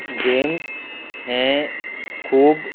games हे खूब